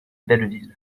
belleville